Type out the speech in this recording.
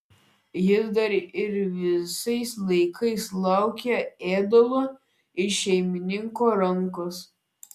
jis dar ir visais laikais laukė ėdalo iš šeimininko rankos